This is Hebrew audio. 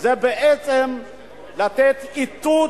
זה בעצם לתת איתות: